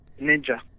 Ninja